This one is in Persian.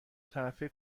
طرفه